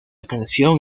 canción